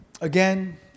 Again